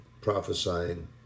prophesying